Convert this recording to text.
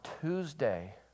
Tuesday